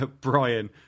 Brian